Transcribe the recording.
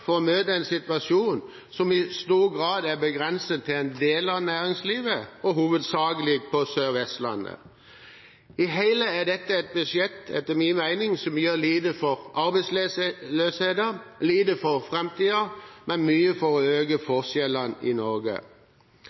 for å møte en situasjon som i stor grad er begrenset til en del av næringslivet, og hovedsakelig på Sør-Vestlandet. I det hele er dette et budsjett som etter min mening gjør lite for arbeidsløsheten og lite for framtiden, men mye for å øke forskjellene i Norge.